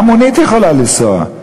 גם מונית יכולה לנסוע,